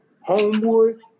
Homewood